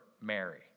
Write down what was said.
Mary